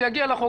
זה יגיע לחוק,